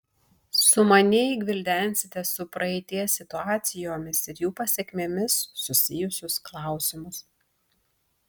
sumaniai gvildensite su praeities situacijomis ir jų pasekmėmis susijusius klausimus